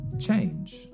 change